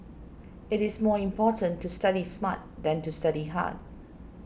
it is more important to study smart than to study hard